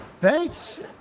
Thanks